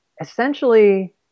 Essentially